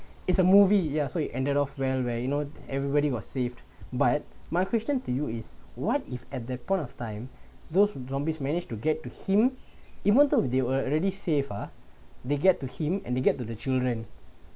is a movie yeah so it ended off well where you know everybody got saved but my question to you is what if at that point of time those zombies manage to get to him even though they were really safer uh they get to him and they get to the children